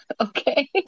Okay